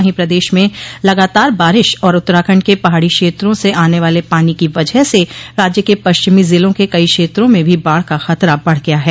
वहीं प्रदेश में लगातार बारिश और उत्तराखंड के पहाड़ी क्षेत्रों से आने वाले पानी की वजह से राज्य के पश्चिमो ज़िलों के कई क्षेत्रों में भी बाढ़ का खतरा बढ़ गया है